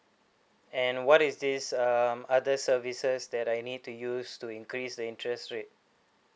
and what is this um other services that I need to use to increase the interest rate